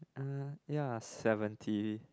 uh ya seventy